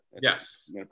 Yes